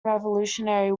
revolutionary